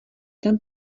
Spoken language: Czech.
tam